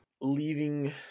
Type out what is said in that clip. Leaving